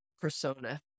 persona